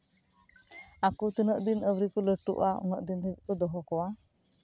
ᱟᱠᱚ ᱛᱤᱱᱟᱹᱜ ᱫᱤᱱ ᱟᱹᱣᱨᱤ ᱠᱚ ᱞᱟᱹᱴᱩᱜᱼᱟ ᱩᱱᱟᱹᱜ ᱫᱤᱱ ᱫᱷᱟᱹᱵᱤᱡ ᱠᱚ ᱫᱚᱦᱚ ᱠᱚᱣᱟ